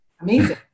amazing